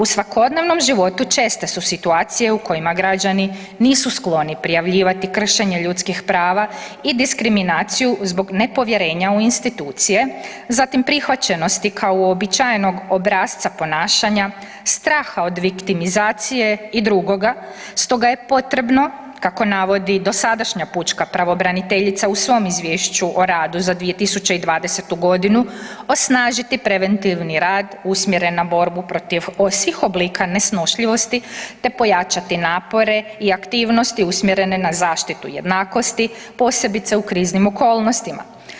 U svakodnevnom životu česte su situacije u kojima građani nisu skloni prijavljivati kršenje ljudskih prava i diskriminaciju zbog nepovjerenja u institucije, zatim prihvaćenosti kao uobičajenog obrasca ponašanja, straha od viktimizacije i drugoga stoga je potrebo kako navodi dosadašnja pučka pravobraniteljica u svom izvješću o radu za 2020. godinu osnažiti preventivni rad usmjeren na borbu protiv svih oblika nesnošljivosti te pojačati napore i aktivnosti usmjerene na zaštitu jednakosti posebice u kriznim okolnostima.